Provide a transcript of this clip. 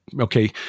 okay